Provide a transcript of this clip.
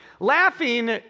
Laughing